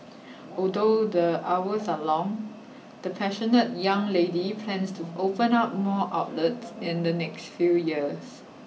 although the hours are long the passionate young lady plans to open up more outlets in the next few years